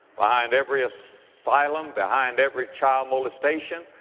behind every asylum, behind every child molestation,